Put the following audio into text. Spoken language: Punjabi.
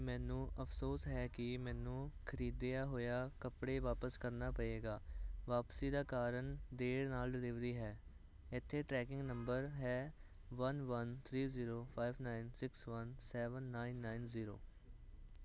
ਮੈਨੂੰ ਅਫਸੋਸ ਹੈ ਕਿ ਮੈਨੂੰ ਖਰੀਦਿਆ ਹੋਇਆ ਕੱਪੜੇ ਵਾਪਸ ਕਰਨਾ ਪਏਗਾ ਵਾਪਸੀ ਦਾ ਕਾਰਨ ਦੇਰ ਨਾਲ ਡਿਲਿਵਰੀ ਹੈ ਇੱਥੇ ਟ੍ਰੈਕਿੰਗ ਨੰਬਰ ਹੈ one one three zero five nine six one seven nine nine zero